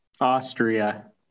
Austria